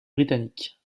britanniques